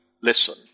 listen